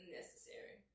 necessary